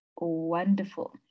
Wonderful